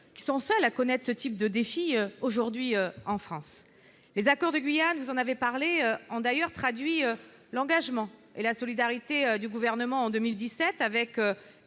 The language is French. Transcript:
qui sont seuls à connaître ce type de défi aujourd'hui en France, les accords de Guyane en avait parlé en d'ailleurs traduit l'engagement et la solidarité du gouvernement en 2017 avec